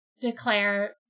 declare